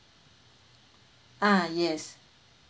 ah yes